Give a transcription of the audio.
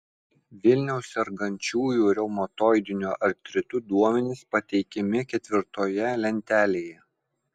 vilniaus sergančiųjų reumatoidiniu artritu duomenys pateikiami ketvirtoje lentelėje